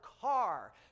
car